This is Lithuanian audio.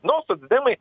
nu o socdemai